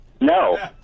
No